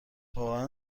واقعا